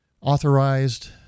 authorized